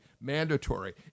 mandatory